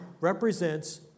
represents